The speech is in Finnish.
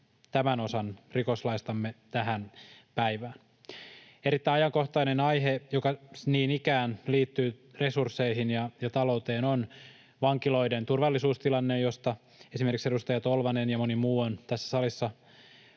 tämän osan rikoslaistamme tähän päivään. Erittäin ajankohtainen aihe, joka niin ikään liittyy resursseihin ja talouteen, on vankiloiden turvallisuustilanne, josta esimerkiksi edustaja Tolvanen ja moni muu on tässä salissa